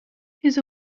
his